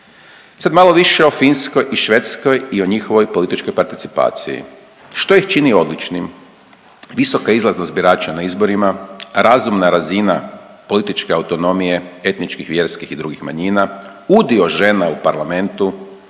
sad malo više o Finskoj i Švedskoj i o njihovoj političkoj participaciji. Što ih čini odličnim? Visoka izlaznost birača na izborima, razumna razina političke autonomije, etničkih, vjerskih i drugih manjina, udio žena u parlamentu,